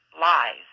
lies